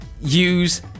use